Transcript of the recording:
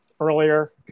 earlier